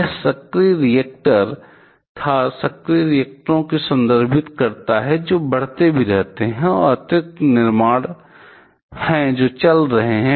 यह सक्रिय रिएक्टर था सक्रिय रिएक्टरों को संदर्भित करता है जो बढ़ते भी रहते थे और अतिरिक्त निर्माण हैं जो चल रहे हैं